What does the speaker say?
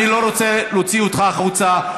אני לא רוצה להוציא אותך החוצה.